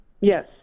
Yes